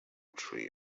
tree